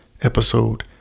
episode